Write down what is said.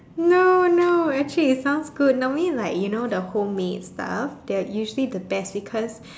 no no actually it sounds good normally like you know the homemade stuff they're usually the best because